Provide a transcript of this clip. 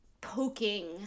poking